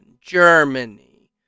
Germany